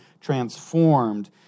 transformed